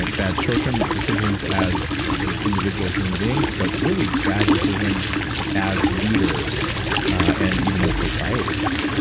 and bad short-term decisions as as individuals, human beings but really bad decisions as leaders and even as societies.